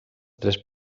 tres